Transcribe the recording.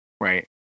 right